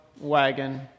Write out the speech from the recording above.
wagon